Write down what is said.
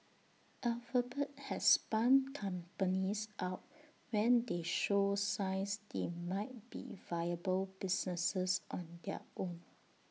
alphabet has spun companies out when they show signs they might be viable businesses on their own